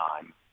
time